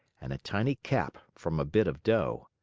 and a tiny cap from a bit of dough.